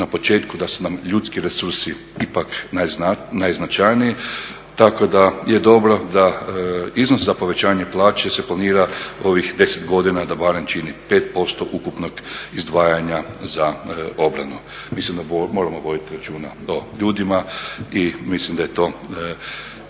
na početku da su nam ljudski resursi ipak najznačajniji. Tako da je dobro da iznos za povećanje plaće se planira u ovih 10 godina da barem čini 5% ukupnog izdvajanja za obranu. Mislim da moramo voditi računa o ljudima i mislim da je to